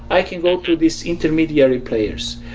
i can go to these intermediary players.